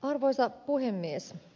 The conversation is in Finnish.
arvoisa puhemies